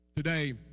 Today